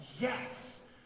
Yes